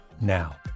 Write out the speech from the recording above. now